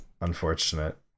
Unfortunate